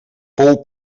pou